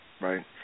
Right